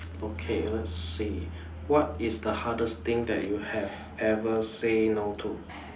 okay let's see what is the hardest thing that you have ever say no to